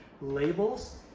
labels